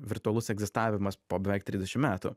virtualus egzistavimas po beveik trisdešim metų